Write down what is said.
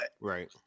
Right